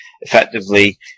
effectively